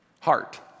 Heart